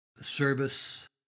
Service